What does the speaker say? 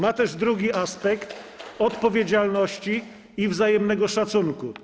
Jest też drugi aspekt - odpowiedzialności i wzajemnego szacunku.